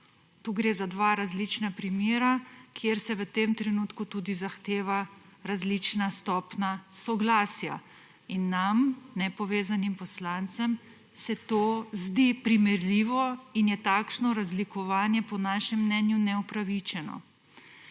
Tu gre za dva različna primera, kjer se v tem trenutku tudi zahteva različna stopnja soglasja. In nam, nepovezanim poslancem, se to zdi primerljivo in je takšno razlikovanje, po našem mnenju, neupravičeno.